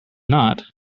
not